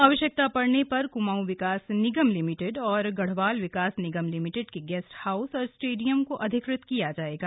आवश्यकता पड़ने पर कुमाऊं विकास निगम लिमिटेड और गढ़वाल विकास निगम लिमिटेड के गेस्ट हाऊस और स्टेडियम को अधिकृत किया जायेगा